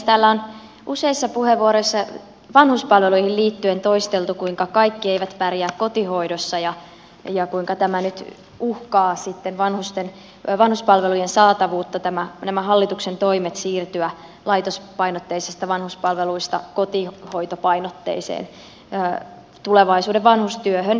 täällä on useissa puheenvuoroissa vanhuspalveluihin liittyen toisteltu kuinka kaikki eivät pärjää kotihoidossa ja kuinka nyt vanhuspalveluiden saatavuutta uhkaavat nämä hallituksen toimet siirtyä laitospainotteisista vanhuspalveluista kotihoitopainotteiseen tulevaisuuden vanhustyöhön